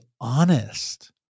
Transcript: honest